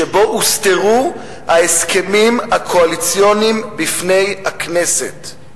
שבו הוסתרו ההסכמים הקואליציוניים מפני הכנסת,